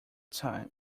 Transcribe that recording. time